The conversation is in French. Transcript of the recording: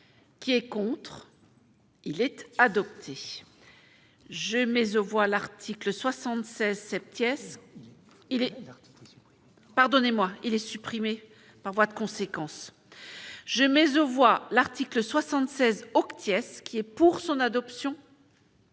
qui est contre, il est adopté, je mais aux voix, l'article 76 quater, qui est pour son adoption.